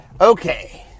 Okay